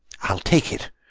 i'll take it,